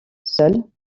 seule